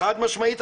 חד משמעית.